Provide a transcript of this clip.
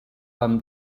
vam